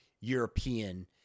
European